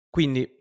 Quindi